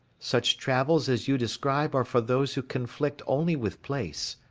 such travels as you describe are for those who conflict only with place.